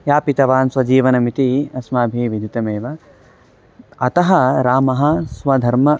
यापितवान् स्वजीवनमिति अस्माभिः विधितमेव अतः रामः स्वधर्म